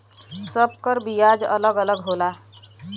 सब कर बियाज अलग अलग होला